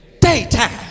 daytime